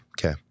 Okay